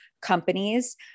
companies